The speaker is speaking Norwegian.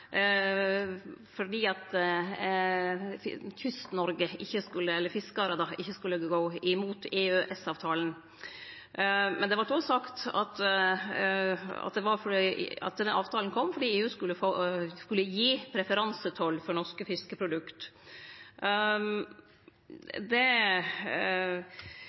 fordi Kyst-Noreg, eller fiskarane, ikkje skulle gå imot EØS-avtalen. Det vart òg sagt at denne avtalen kom fordi EU skulle gi preferansetoll for norske fiskerodukt. All den tid det